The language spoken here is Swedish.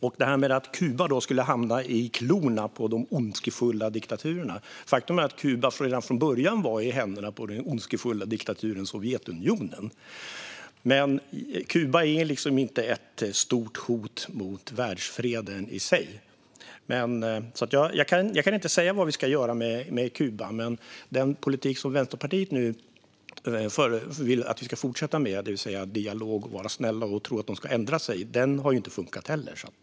När det gäller att Kuba skulle hamna i klorna på de ondskefulla diktaturerna är det ett faktum att Kuba redan från början var i händerna på den ondskefulla diktaturen Sovjetunionen. Kuba är inte ett stort hot mot världsfreden i sig. Jag kan inte säga vad vi ska göra med Kuba, men den politik som Vänsterpartiet nu vill att vi ska fortsätta med - det vill säga att föra dialog, att vara snälla och att tro att de ska ändra sig - har ju inte heller funkat.